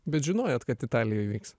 bet žinojot kad italijoj vyks